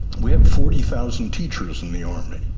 we have forty thousand teachers in the army.